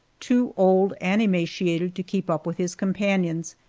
too old and emaciated to keep up with his companions,